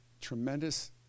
tremendous